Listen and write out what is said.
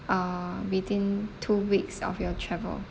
uh within two weeks of your travel